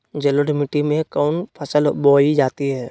जलोढ़ मिट्टी में कौन फसल बोई जाती हैं?